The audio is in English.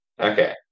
Okay